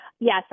Yes